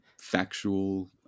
factual